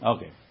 Okay